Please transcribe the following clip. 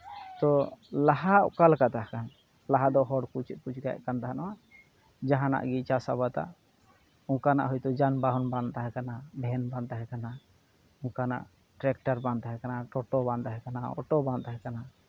ᱛᱚ ᱞᱟᱦᱟ ᱚᱠᱟ ᱞᱮᱠᱟ ᱛᱟᱦᱮᱸᱠᱟᱱᱟ ᱞᱟᱦᱟ ᱫᱚ ᱦᱚᱲᱠᱚ ᱪᱮᱫ ᱠᱚ ᱪᱮᱠᱟᱹᱭᱮᱫ ᱠᱟᱱ ᱛᱟᱦᱮᱸᱱᱚᱜᱼᱟ ᱡᱟᱦᱟᱸᱱᱟᱜ ᱜᱮ ᱪᱟᱥ ᱟᱵᱟᱫᱟ ᱚᱱᱠᱟᱱᱟᱜ ᱦᱳᱭᱛᱳ ᱡᱟᱱ ᱵᱟᱦᱚᱱ ᱵᱟᱝ ᱛᱟᱦᱮᱸᱠᱟᱱᱟ ᱵᱷᱮᱱ ᱵᱟᱝ ᱛᱟᱦᱮᱸᱠᱟᱱᱟ ᱚᱱᱠᱟᱱᱟᱜ ᱴᱨᱮᱠᱴᱟᱨ ᱵᱟᱝ ᱛᱟᱦᱮᱸᱠᱟᱱᱟ ᱟᱨ ᱴᱳᱴᱳ ᱵᱟᱝ ᱛᱟᱦᱮᱸᱠᱟᱱᱟ ᱚᱴᱳ ᱵᱟᱝ ᱛᱟᱦᱮᱸᱠᱟᱱᱟ